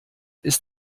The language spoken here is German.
ist